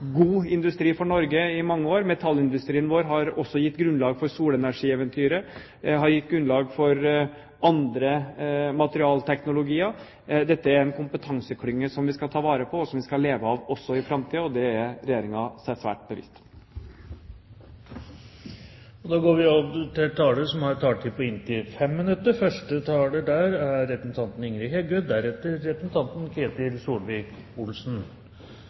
god industri for Norge i mange år. Metallindustrien vår har også gitt grunnlag for solenergieventyret – og for andre materialteknologier. Dette er en kompetanseklynge som vi skal ta vare på, og som vi skal leve av også i framtiden, og Regjeringen er seg svært bevisst det. Delar av industrien, til